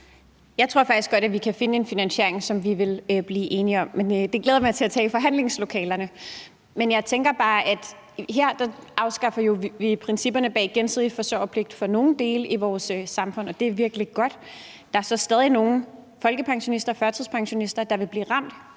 Jeg tror faktisk godt, at vi kan finde en finansiering, som vi ville kunne blive enige om, men det glæder jeg mig til at tage i forhandlingslokalerne. Jeg tænker bare, at her afskaffer vi jo principperne bag gensidig forsørgerpligt for nogle i vores samfund, og det er virkelig godt. Der er så stadig nogle folkepensionister og førtidspensionister, der vil blive ramt